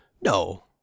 no